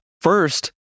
First